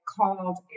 called